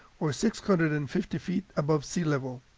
or six hundred and fifty feet above sea level.